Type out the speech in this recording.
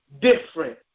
different